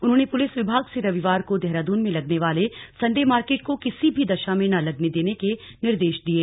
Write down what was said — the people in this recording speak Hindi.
उन्होंने पुलिस विभाग से रविवार को देहरादून में लगने वाले संडे मार्केट को किसी भी दशा में न लगने देने के निर्देश दिये